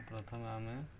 ପ୍ରଥମ ଆମେ